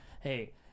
hey